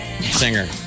singer